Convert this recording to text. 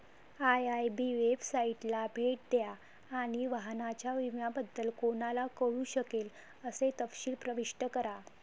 IIB वेबसाइटला भेट द्या आणि वाहनाच्या विम्याबद्दल कोणाला कळू शकेल असे तपशील प्रविष्ट करा